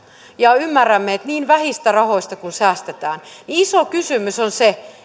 ja ymmärrämme että niin vähistä rahoista kun säästetään niin iso kysymys on se